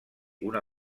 una